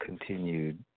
continued